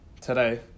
today